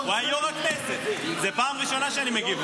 הוא היה יו"ר הכנסת, זה פעם ראשונה שאני מגיב.